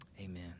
Amen